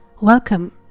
welcome